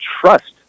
trust